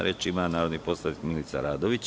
Reč ima narodni poslanik Milica Radović.